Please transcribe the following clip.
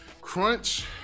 Crunch